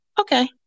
Okay